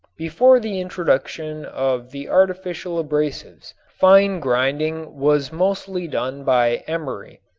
before the introduction of the artificial abrasives fine grinding was mostly done by emery,